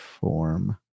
form